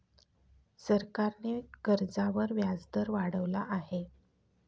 सरकारने कर्जावर व्याजदर वाढवला आहे